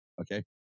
okay